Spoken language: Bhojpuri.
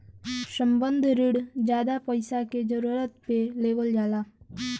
संबंद्ध रिण जादा पइसा के जरूरत पे लेवल जाला